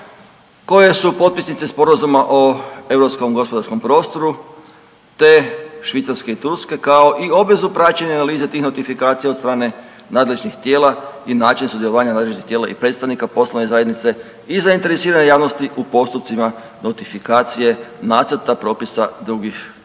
koje su potpisnice sporazuma o europskom gospodarskom prostoru te Švicarske i Turske kao i obvezu praćenja analize tih notifikacija od strane nadležnih tijela i način sudjelovanja nadležnih tijela i predstavnika poslovne zajednice i zainteresirane javnosti u postupcima notifikacije nacrta propisa drugih država